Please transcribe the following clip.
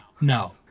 no